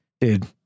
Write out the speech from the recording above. dude